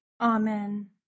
Amen